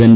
N